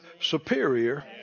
superior